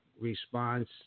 response